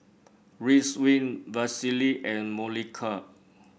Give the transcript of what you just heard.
Vagisil and Molicare